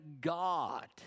God